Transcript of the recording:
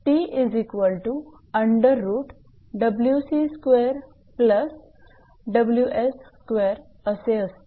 तर 𝑇 असे असते